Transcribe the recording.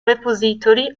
repository